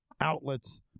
outlets